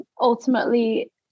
ultimately